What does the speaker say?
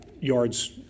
yards